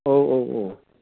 औ औ औ